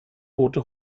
tote